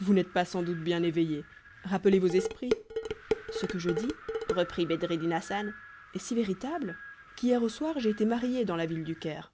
vous n'êtes pas sans doute bien éveillé rappelez vos esprits ce que je dis reprit bedreddin hassan est si véritable qu'hier au soir j'ai été marié dans la ville du caire